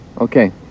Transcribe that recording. Okay